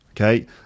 Okay